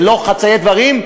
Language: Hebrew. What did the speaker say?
ולא חצאי דברים,